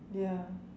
ya